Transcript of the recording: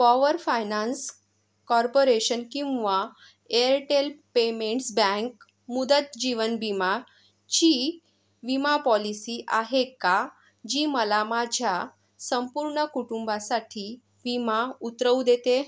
power finance corporation किंवा Airtel payments bank मुदत जीवन बिमाची विमा पॉलिसी आहे का जी मला माझ्या संपूर्ण कुटुंबासाठी विमा उतरवू देते